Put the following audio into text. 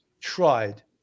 tried